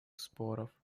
споров